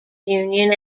union